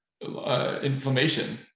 inflammation